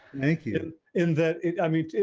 thank you in that it, i mean,